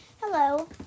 hello